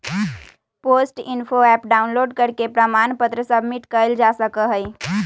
post info app download करके प्रमाण पत्र सबमिट कइल जा सका हई